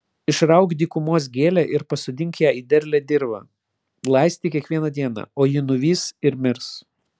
išrauk dykumos gėlę ir pasodink ją į derlią dirvą laistyk kiekvieną dieną o ji nuvys ir mirs